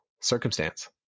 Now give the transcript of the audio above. circumstance